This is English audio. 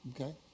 Okay